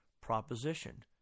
proposition